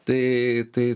tai tai